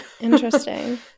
Interesting